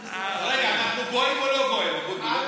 רגע, אנחנו גויים או לא גויים, אבוטבול?